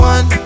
One